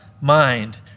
mind